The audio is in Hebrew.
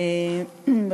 תודה,